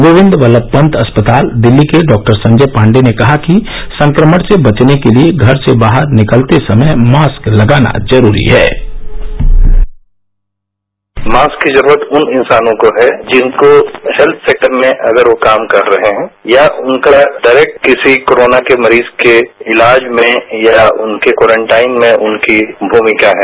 गोविंद वल्लभ पंत अस्पताल दिल्ली के डॉक्टर संजय पांडेय ने कहा कि संक्रमण से बचने के लिए घर से बाहर निकलते समय मास्क लगाना जरूरी है मास्क की जरूरत इंसानों को है जिनको हेत्थ सेक्टर में अगर वह काम कर रहे हैं या उनका बायरेक्ट किसी कोरोना के मरीज के इलाज में या उनके क्वारंटाइन में उनकी भूमिका है